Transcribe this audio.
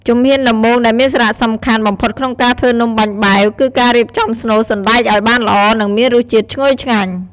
ជំហានដំបូងដែលមានសារៈសំខាន់បំផុតក្នុងការធ្វើនំបាញ់បែវ គឺការរៀបចំស្នូលសណ្តែកឱ្យបានល្អ និងមានរសជាតិឈ្ងុយឆ្ងាញ់។